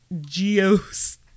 geos